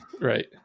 right